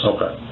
Okay